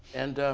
and